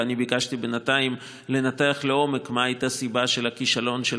ואני ביקשתי בינתיים לנתח לעומק מה הייתה הסיבה של הכישלון של